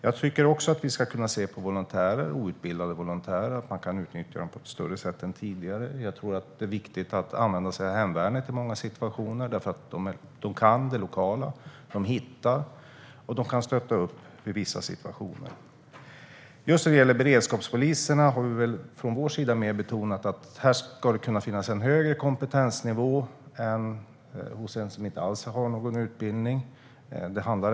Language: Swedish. Jag tycker också att man ska se om det är möjligt att utnyttja outbildade volontärer mer än tidigare. Jag tycker att det är viktigt att använda sig av hemvärnet i många situationer. Hemvärnet kan det lokala och hittar därför, och hemvärnet kan stötta upp i vissa situationer. När det gäller beredskapspoliserna har vi betonat att det ska finnas en högre kompetensnivå hos dem som inte har någon utbildning alls.